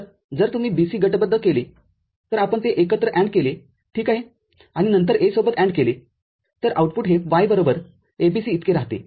तर जर तुम्ही BC गटबद्ध केले तर आपण ते एकत्र AND केले ठीक आहेआणि नंतर A सोबत AND केले तर आउटपुटहे Y बरोबर ABC इतके राहते